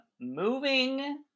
Moving